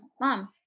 mom